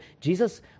Jesus